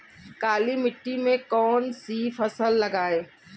काली मिट्टी में कौन सी फसल लगाएँ?